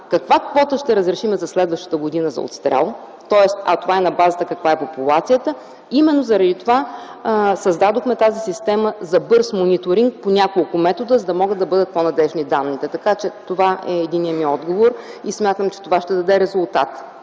каква квота ще разрешим за следващата година за отстрел, а това е на базата на популацията, именно заради това създадохме тази система за бърз мониторинг по няколко метода, за да бъдат по-надеждни данните. Така че, това е единият ми отговор и смятам, че това ще даде резултат.